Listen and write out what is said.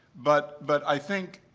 but but i think,